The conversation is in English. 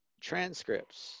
transcripts